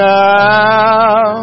now